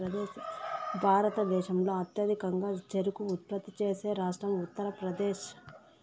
భారతదేశంలో అత్యధికంగా చెరకు ఉత్పత్తి చేసే రాష్ట్రం ఉత్తరప్రదేశ్